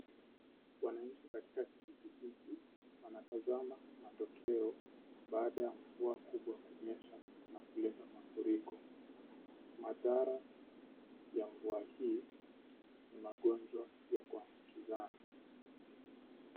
Wananchi katika kijiji hiki wanatazama matokeo baada ya mvua kubwa kunyesha na kuleta mafuriko, madhara ya mvua hii ni magonjwa ya kuambukizana.